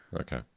Okay